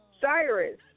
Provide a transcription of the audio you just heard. Cyrus